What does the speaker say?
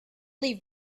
leave